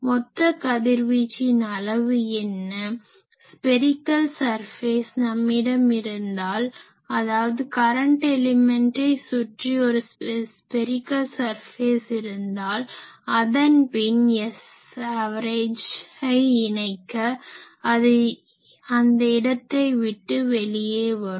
மொத்த கதிர்வீச்சின் அளவு என்ன ஸ்பெரிகல் ஸர்ஃபேஸ் நம்மிடம் இருந்தால் அதாவது கரன்ட் எலிமென்ட்டை சுற்றி ஒரு ஸ்பெரிகல் ஸர்ஃபேஸ் இருந்தால் அதன் பின் S ஆவரேஜை இணைக்க அது அந்த இடத்தை விட்டு வெளியே வரும்